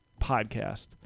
podcast